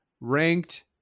ranked